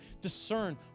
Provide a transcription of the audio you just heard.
discern